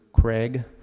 Craig